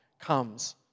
comes